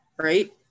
right